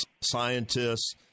scientists